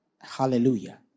Hallelujah